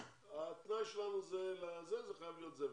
התנאי שלנו לתקציב זה חייב להיות זה וזה.